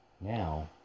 Now